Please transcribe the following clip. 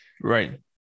Right